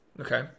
Okay